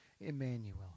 Emmanuel